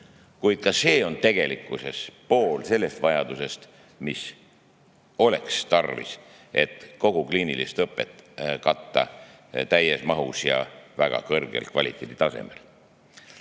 kuid ka see on tegelikkuses vaid pool sellest vajadusest, mis oleks tarvis, et katta kogu kliinilist õpet täies mahus ja väga kõrgel kvaliteeditasemel.